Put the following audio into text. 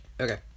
Okay